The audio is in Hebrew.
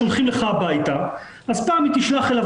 שולחים לך הביתה,' אז פעם היא תשלח אליו